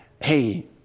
hey